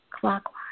clockwise